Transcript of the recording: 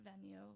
venue